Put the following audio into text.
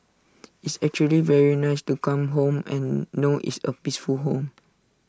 it's actually very nice to come home and know it's A peaceful home